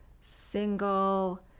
single